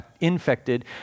infected